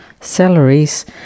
salaries